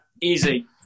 easy